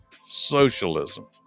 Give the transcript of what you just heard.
socialism